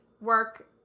work